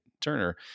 turner